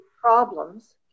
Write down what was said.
problems